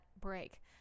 break